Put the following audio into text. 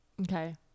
Okay